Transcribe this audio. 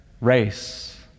race